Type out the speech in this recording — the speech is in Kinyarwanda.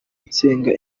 nsenga